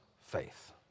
faith